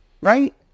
Right